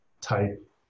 type